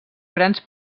grans